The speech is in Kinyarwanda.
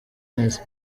neza